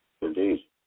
Indeed